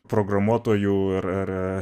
programuotojų ir